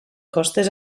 costes